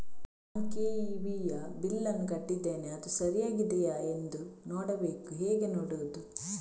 ನಾನು ಕೆ.ಇ.ಬಿ ಯ ಬಿಲ್ಲನ್ನು ಕಟ್ಟಿದ್ದೇನೆ, ಅದು ಸರಿಯಾಗಿದೆಯಾ ಎಂದು ನೋಡಬೇಕು ಹೇಗೆ ನೋಡುವುದು?